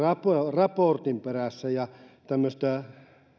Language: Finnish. raportin perässä